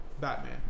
Batman